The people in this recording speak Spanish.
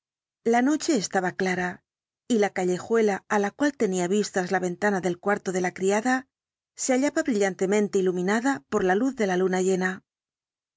la noche estaba clara y la callejuela á la cual tenía vistas la ventana del cuarto de la criada se hallaba brillantemente iluminada por la luz de la luna llena